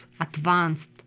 advanced